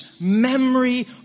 memory